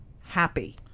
happy